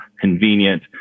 convenient